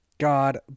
God